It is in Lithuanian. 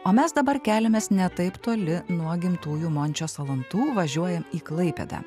o mes dabar keliamės ne taip toli nuo gimtųjų mončio salantų važiuojam į klaipėdą